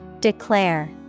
Declare